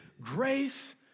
grace